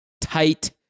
tight